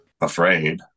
afraid